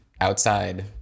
outside